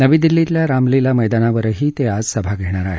नवी दिल्लीतल्या रामलीला मैदानावरही ते आज सभा घेणार आहेत